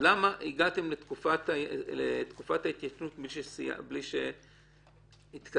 למה הגעתם לתקופת ההתיישנות בלי שהתקדמתם.